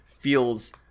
feels